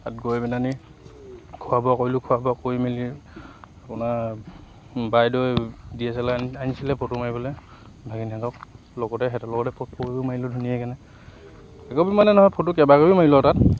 তাত গৈ পেলাহেনি খোৱা বোৱা কৰিলোঁ খোৱা বোৱা কৰি মেলি আপোনাৰ বাইদৈউৱে ডি এছ এল আৰ আনিছিলে ফটো মাৰিবলৈ ভাগিনহেঁতক লগতে সিহঁতৰ লগতে ফটো চটো মাৰিলোঁ ধুনীয়াকৈ একপি মানে নহয় কেইবা কপিও মাৰিলোঁ আৰু তাত